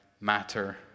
matter